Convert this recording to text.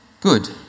good